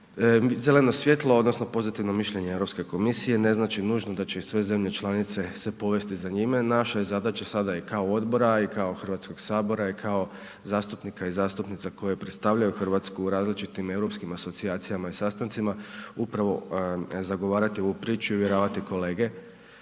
zeleno svjetlo odnosno pozitivno mišljenje Europske komisije ne znači nužno da će i sve zemlje članice se povesti za njime, naša je zadaća sada i kao odbora, a i kao HS i kao zastupnika i zastupnica koje predstavljaju RH u različitim europskim asocijacijama i sastancima upravo zagovarati ovu priču i uvjeravati kolege